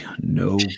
No